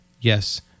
Yes